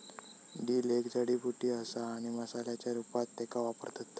dill एक जडीबुटी असा आणि मसाल्याच्या रूपात त्येका वापरतत